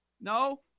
No